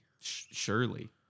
surely